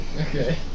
Okay